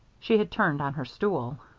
she had turned on her stool.